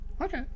okay